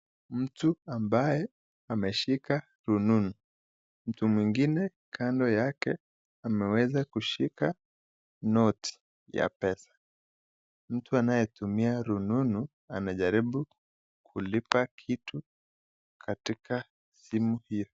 Mtu ambaye ameshika rununu. Mtu mwengine kando yake ameshika ameweza kushika noti ya pesa. Mtu anayetumia rununu anajaribu kulipa kitu katika simu hiyo.